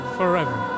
forever